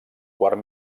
quart